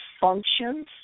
functions